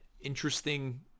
interesting